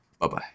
Bye-bye